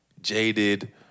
jaded